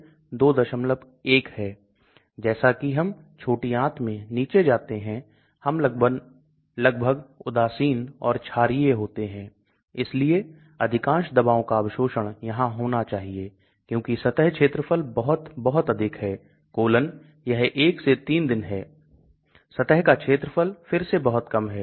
इसलिए हमें एक नई दवा वितरण प्रणाली इत्यादि के लिए सोचना पड़ सकता है और फिर रोगी के लिए यह एक बड़ा मुद्दा बन जाता है क्योंकि रोगी को दबा बार बार लेनी होगी क्योंकि बायोअवेलेबिलिटी खराब है अवशोषण खराब है इसलिए यह रोगी के लिए एक बड़ी समस्या है